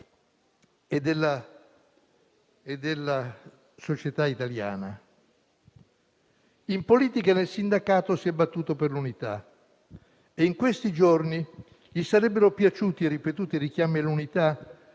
e della società italiana. In politica e nel sindacato si è battuto per l'unità. In questi giorni gli sarebbero piaciuti i ripetuti richiami all'unità